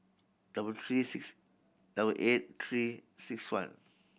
double three six double eight Three Six One